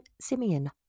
Simeon